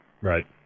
right